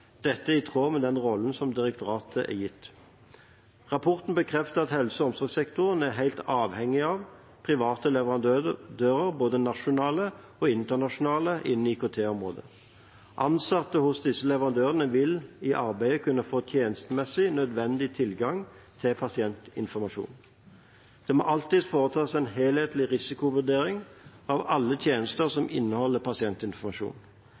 Dette er i tråd med den rollen direktoratet er gitt. Rapporten bekrefter at helse- og omsorgssektoren er helt avhengig av private leverandører, både nasjonale og internasjonale, innen IKT-området. Ansatte hos disse leverandørene vil i arbeidet kunne få tjenestemessig nødvendig tilgang til pasientinformasjon. Det må alltid foretas en helhetlig risikovurdering av alle tjenester som inneholder pasientinformasjon.